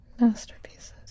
masterpieces